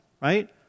right